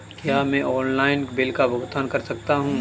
क्या मैं online bill का भुगतान कर सकता हूँ?